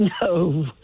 No